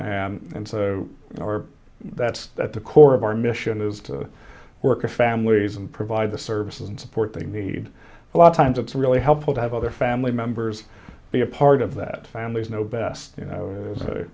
organization and so our that's at the core of our mission is to work the families and provide the services and support they need a lot of times it's really helpful to have other family members be a part of that families know best you know